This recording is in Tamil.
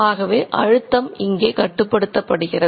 ஆகவே அழுத்தம் இங்கே கட்டுப்படுத்தப்படுகிறது